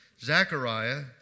Zechariah